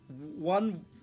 one